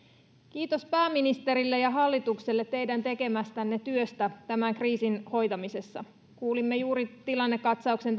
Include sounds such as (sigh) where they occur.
kiitos pääministerille ja hallitukselle teidän tekemästänne työstä kriisin hoitamisessa kuulimme juuri tilannekatsauksen (unintelligible)